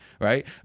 right